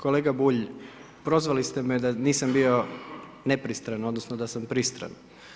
Kolega Bulj, prozvali ste me da nisam bio nepristran, odnosno da sam pristran.